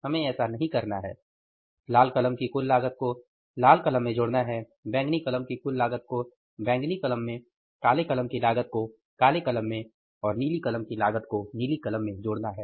हमें ऐसा नहीं करना है लाल कलम की कुल लागत को लाल कलम में जोड़ना है बैंगनी कलम की कुल लागत को बैंगनी कलम में काले कलम की लागत को काली कलम में और नीली कलम की लागत को नीली कलम में जोड़ना है